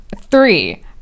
Three